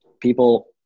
people